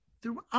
Throughout